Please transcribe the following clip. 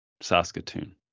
Saskatoon